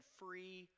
free